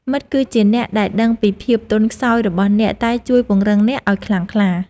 មិត្តគឺជាអ្នកដែលដឹងពីភាពទន់ខ្សោយរបស់អ្នក តែជួយពង្រឹងអ្នកឱ្យខ្លាំងក្លា។